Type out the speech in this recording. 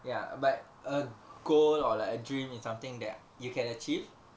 ya but a goal or like a dream is something that you can achieve